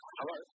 Hello